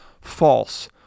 false